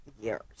years